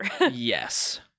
Yes